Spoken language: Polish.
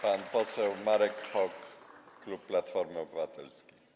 Pan poseł Marek Hok, klub Platformy Obywatelskiej.